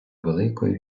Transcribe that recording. великої